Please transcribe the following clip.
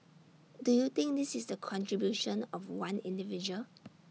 do you think this is the contribution of one individual